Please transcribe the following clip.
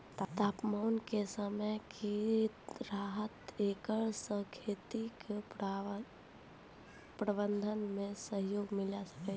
तापान्तर के समय की रहतै एकरा से खेती के प्रबंधन मे सहयोग मिलैय छैय?